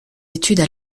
études